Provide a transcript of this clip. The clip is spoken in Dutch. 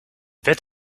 wet